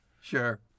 Sure